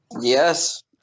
Yes